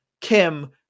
Kim